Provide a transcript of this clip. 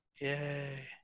Yay